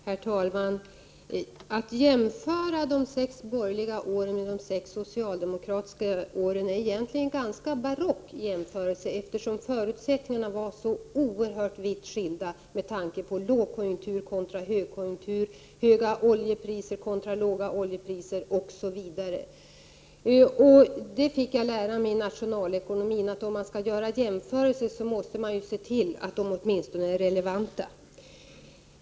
Herr talman! Att jämföra de sex borgerliga åren med de sex socialdemokratiska åren är egentligen ganska barockt, eftersom förutsättningarna var så oerhört skilda, med tanke på lågkonjunktur kontra högkonjunktur, höga oljepriser kontra låga oljepriser osv. Något jag fick lära mig i nationalekonomi var att om man skall göra jämförelser måste man se till att de åtminstone är relevanta.